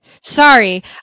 Sorry